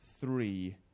three